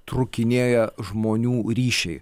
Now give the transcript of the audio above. trūkinėja žmonių ryšiai